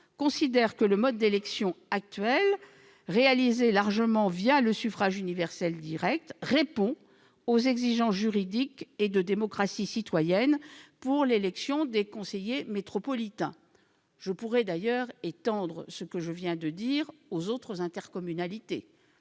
considère que le mode d'élection actuel, qui repose largement sur le suffrage universel direct, répond aux exigences juridiques et de démocratie citoyenne pour l'élection des conseillers métropolitains. Je pourrais d'ailleurs étendre mon propos aux autres intercommunalités,